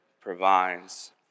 provides